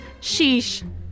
sheesh